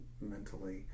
mentally